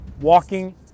walking